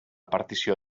partició